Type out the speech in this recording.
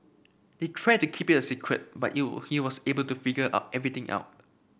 they tried to keep it a secret but he he was able to figure out everything out